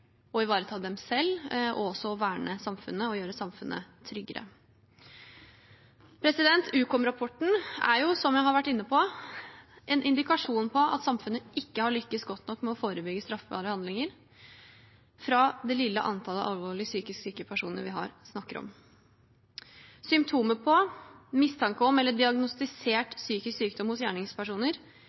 ivareta dem selv og for å verne samfunnet og gjøre samfunnet tryggere. Ukom-rapporten er, som jeg har vært inne på, en indikasjon på at samfunnet ikke har lykkes godt nok med å forebygge straffbare handlinger fra det lille antallet alvorlig psykisk syke personer vi her snakker om. Symptomer på, mistanke om eller diagnostisert psykisk sykdom hos gjerningspersoner